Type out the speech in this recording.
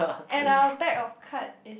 and our deck of card is